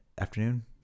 afternoon